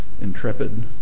intrepid